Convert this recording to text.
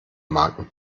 magen